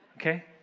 Okay